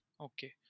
Okay